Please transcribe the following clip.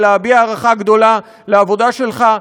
ולהביע הערכה גדולה לעבודה שלך.